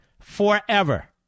forever